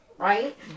Right